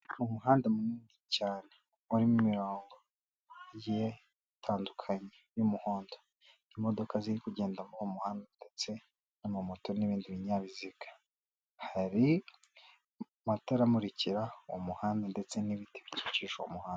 Umuhanda munini cyane urimo imirongo ingiye itandukanye y'umuhondo imodoka ziri kugenda muri uwo muhanda ndetse nama moto n'ibindi binyabiziga hari amatara amurikira umuhanda ndetse n'ibiti bikikije uwo muhanda.